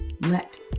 let